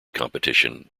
competition